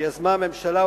שיזמה הממשלה,